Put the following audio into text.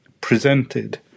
presented